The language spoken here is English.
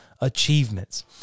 achievements